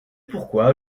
pourquoi